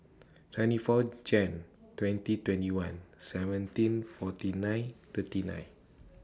twenty four Jan twenty twenty one seventeen forty nine thirty nine